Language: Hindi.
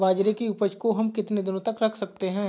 बाजरे की उपज को हम कितने दिनों तक रख सकते हैं?